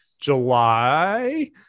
July